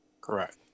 Correct